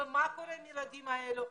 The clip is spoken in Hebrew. מה קורה עם הילדים האלה?